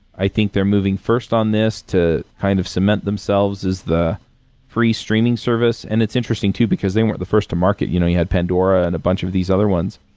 i think they're moving first on this to kind of cement themselves as the free streaming service. and it's interesting too, because they weren't the first to market. you know we had pandora and a bunch of these other ones.